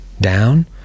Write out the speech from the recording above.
down